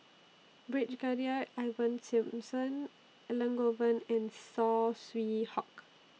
Brigadier Ivan Simson Elangovan and Saw Swee Hock